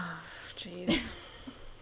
jeez